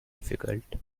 difficult